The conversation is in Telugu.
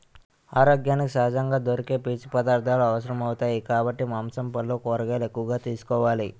ఆరోగ్యానికి సహజంగా దొరికే పీచు పదార్థాలు అవసరమౌతాయి కాబట్టి మాంసం, పల్లు, కూరగాయలు ఎక్కువగా తీసుకోవాలి